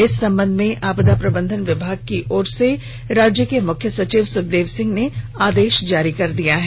इस संबंध में आपदा प्रबंधन विभाग की ओर से राज्य के मुख्य सचिव सुखदेव सिंह ने आदेश जारी कर दिया है